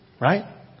Right